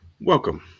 Welcome